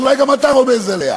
שאולי גם אתה רומז עליה.